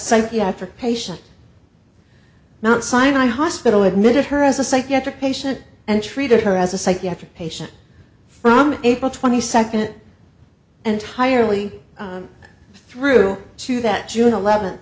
psychiatric patient not sinai hospital admitted her as a psychiatric patient and treated her as a psychiatric patient from april twenty second and higher only through to that june eleven